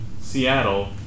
Seattle